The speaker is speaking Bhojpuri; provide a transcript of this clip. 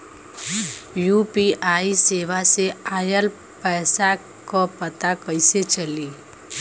यू.पी.आई सेवा से ऑयल पैसा क पता कइसे चली?